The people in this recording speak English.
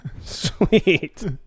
Sweet